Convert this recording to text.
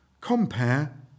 Compare